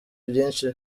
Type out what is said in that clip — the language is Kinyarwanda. ibyinshi